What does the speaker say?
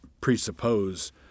presuppose